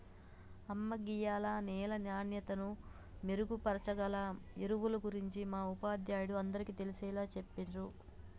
అమ్మ గీయాల నేల నాణ్యతను మెరుగుపరచాగల ఎరువుల గురించి మా ఉపాధ్యాయుడు అందరికీ తెలిసేలా చెప్పిర్రు